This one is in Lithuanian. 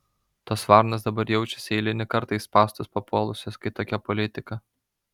tos varnos dabar jaučiasi eilinį kartą į spąstus papuolusios kai tokia politika